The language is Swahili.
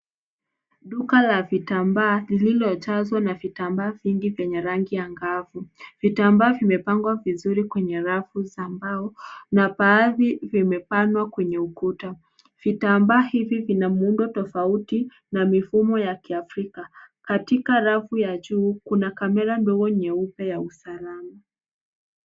Duka la vitamba lililojazwa na vitamba vingi venye rangi angavu. Vitambaa vimepangwa vizuri kwenye rafu za mbao na baadhi vimebanwa kwenye ukuta. Vitambaa hivi vina muundo tofauti na mifumo ya kiafrika. Katika rafu ya juu kuna kamera ndogo nyeupe ya usalama.